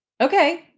Okay